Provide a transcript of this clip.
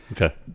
okay